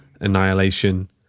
Annihilation